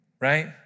right